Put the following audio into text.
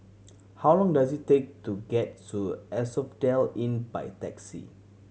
how long does it take to get to Asphodel Inn by taxi